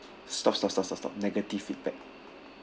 stop stop stop stop stop negative feedback